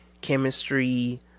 chemistry